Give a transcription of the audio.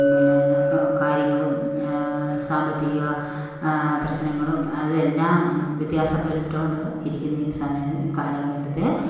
പിന്നെ കാര്യങ്ങളും സാമ്പത്തിക പ്രശ്നങ്ങളും അത് എല്ലാം വ്യത്യസ്തപ്പെട്ടു കൊണ്ട് ഇരിക്കുന്ന ഈ സമയം കാലഘട്ടത്തിൽ